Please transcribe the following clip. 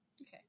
okay